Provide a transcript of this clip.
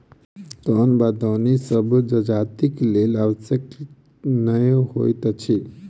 दौन वा दौनी सभ जजातिक लेल आवश्यक नै होइत अछि